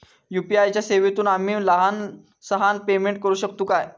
UPI च्या सेवेतून आम्ही लहान सहान पेमेंट करू शकतू काय?